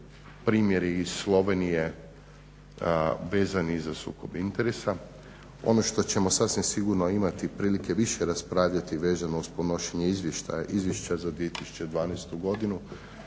primjeri iz Slovenije vezani za sukob interesa. Ono što ćemo sasvim sigurno imati prilike više raspravljati vezano uz podnošenje Izvješća za 2012. godinu